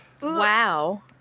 wow